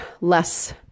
less